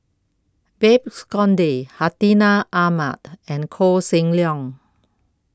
Babes Conde Hartinah Ahmad and Koh Seng Leong